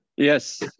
Yes